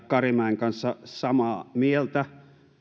karimäen kanssa samaa mieltä